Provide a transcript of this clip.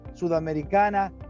Sudamericana